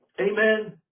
Amen